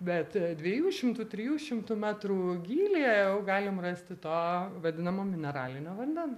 bet dviejų šimtų trijų šimtų metrų gylyje jau galim rasti to vadinamo mineralinio vandens